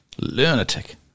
lunatic